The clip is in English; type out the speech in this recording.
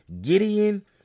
Gideon